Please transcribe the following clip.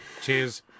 Cheers